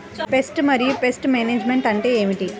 Pest మరియు pest management అంటే ఏమిటి?